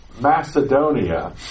Macedonia